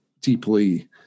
deeply